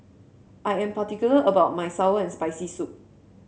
I am particular about my sour and Spicy Soup